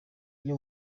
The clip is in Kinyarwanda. iyo